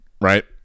right